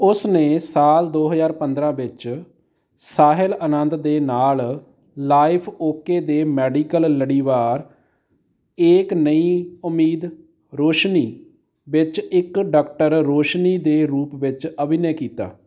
ਉਸ ਨੇ ਸਾਲ ਦੋ ਹਜ਼ਾਰ ਪੰਦਰਾਂ ਵਿੱਚ ਸਾਹਿਲ ਆਨੰਦ ਦੇ ਨਾਲ ਲਾਈਫ ਓਕੇ ਦੇ ਮੈਡੀਕਲ ਲੜੀਵਾਰ ਏਕ ਨਈ ਉਮੀਦ ਰੋਸ਼ਨੀ ਵਿੱਚ ਇੱਕ ਡਾਕਟਰ ਰੋਸ਼ਨੀ ਦੇ ਰੂਪ ਵਿੱਚ ਅਭਿਨੈ ਕੀਤਾ